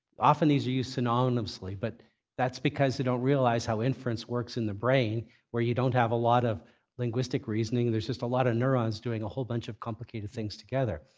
often, these are used synonymously, but that's because they don't realize how inference works in the brain where you don't have a lot of linguistic reasoning, and there's just a lot of neurons doing a whole bunch of complicated things together.